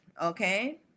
Okay